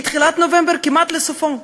מתחילת נובמבר כמעט לסופו,